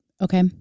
Okay